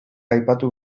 aipatu